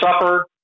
Supper